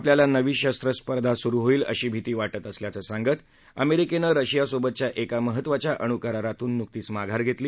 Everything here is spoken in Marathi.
आपल्याला नवी शस्त्र स्पर्धा सुरु होईल अशी भिती वाटत असल्याचं सांगत अमेरिकेनं रशियासोबतच्या एका महत्वाच्या अणुकररातून नुकतीच मागार घेतली